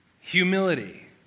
Humility